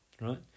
right